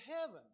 heaven